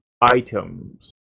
items